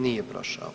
Nije prošao.